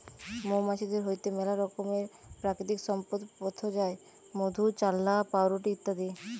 মৌমাছিদের হইতে মেলা রকমের প্রাকৃতিক সম্পদ পথ যায় মধু, চাল্লাহ, পাউরুটি ইত্যাদি